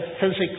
physics